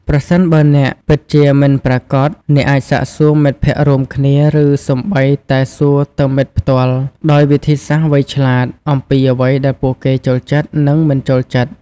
ប្រសិនបើអ្នកពិតជាមិនប្រាកដ អ្នកអាចសាកសួរមិត្តភក្តិរួមគ្នា ឬសូម្បីតែសួរទៅមិត្តផ្ទាល់ ដោយវិធីសាស្រ្តវៃឆ្លាត អំពីអ្វីដែលពួកគេចូលចិត្ត និងមិនចូលចិត្ត។